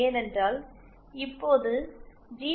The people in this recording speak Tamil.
ஏனென்றால் இப்போது ஜி